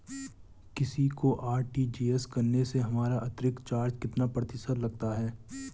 किसी को आर.टी.जी.एस करने से हमारा अतिरिक्त चार्ज कितने प्रतिशत लगता है?